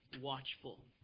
watchful